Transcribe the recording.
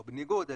לא בניגוד,